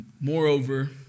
Moreover